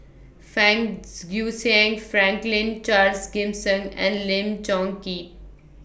Fang Guixiang Franklin Charles Gimson and Lim Chong Keat